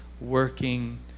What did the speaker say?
working